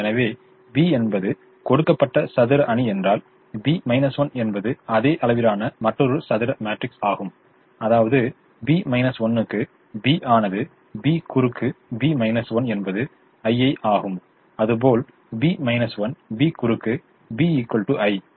எனவே B என்பது கொடுக்கப்பட்ட சதுர அணி என்றால் B 1 என்பது அதே அளவிலான மற்றொரு சதுர மேட்ரிக்ஸ் ஆகும் அதாவது B 1 க்கு B ஆனது B குறுக்கு B 1 என்பது I ஆகும் அதுபோல் B 1 B குறுக்கு B I